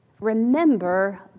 Remember